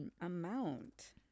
amount